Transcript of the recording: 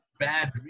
bad